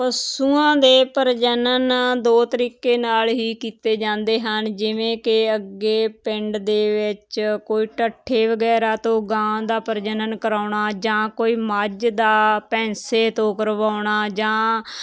ਪਸ਼ੂਆਂ ਦੇ ਪਰਜਨਨ ਦੋ ਤਰੀਕੇ ਨਾਲ ਹੀ ਕੀਤੇ ਜਾਂਦੇ ਹਨ ਜਿਵੇਂ ਕਿ ਅੱਗੇ ਪਿੰਡ ਦੇ ਵਿੱਚ ਕੋਈ ਢੱਠੇ ਵਗੈਰਾ ਤੋਂ ਗਾਂ ਦਾ ਪ੍ਰਜਨਨ ਕਰਾਉਣਾ ਜਾਂ ਕੋਈ ਮੱਝ ਦਾ ਪੈਂਸੇ ਤੋਂ ਕਰਵਾਉਣਾ ਜਾਂ